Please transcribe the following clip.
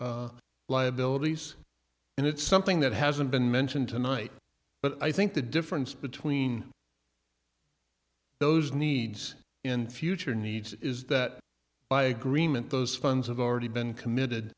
care liabilities and it's something that hasn't been mentioned tonight but i think the difference between those needs in future needs is that by agreement those funds have already been committed